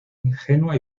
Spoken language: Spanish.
ingenua